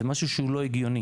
זה משהו שהוא לא הגיוני.